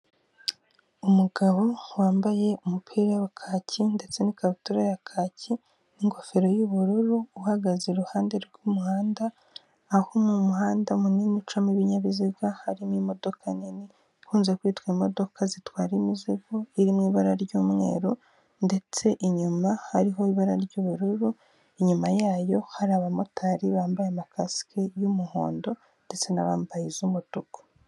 Umugabo wambaye umupira wa kaki ndetse n'ikabutura ya kaki n'ingofero y'ubururu uhagaze iruhande rw'umuhanda aho mu muhanda munini ucamo ibinyabiziga harimo imodoka nini ikunze kwitwa imodoka zitwara imizigo iririmo ibara ry'umweru ndetse inyuma hariho ibara ry'ubururu inyuma yayo hari abamotari bambaye makasike y'umuhondo ndetse n'abambaye z'umutuku.